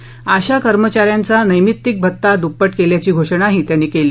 आशा कर्मचा यांचा नैमित्तिक भत्ता दुप्पट केल्याची घोषणाही त्यांनी केली